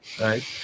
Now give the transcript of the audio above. right